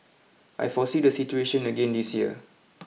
I foresee the situation again this year